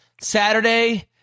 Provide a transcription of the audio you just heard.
Saturday